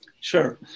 Sure